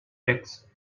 fix